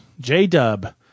J-Dub